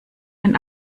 ein